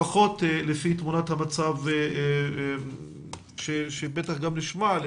לפחות לפי תמונת המצב שבטח נשמע עליה,